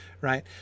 right